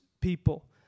people